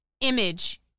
image